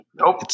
Nope